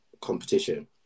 competition